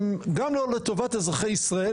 גם לא לטובת אזרחי ישראל,